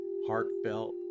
heartfelt